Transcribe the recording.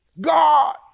God